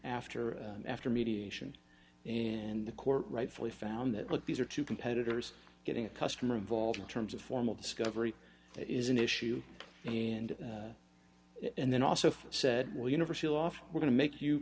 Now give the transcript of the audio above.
after after mediation and the court rightfully found that look these are two competitors getting a customer involved in terms of formal discovery that is an issue and and then also said well universal off we're going to make you